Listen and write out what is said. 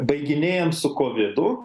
baiginėjam su kovidu